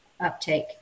uptake